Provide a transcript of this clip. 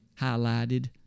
highlighted